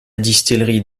distillerie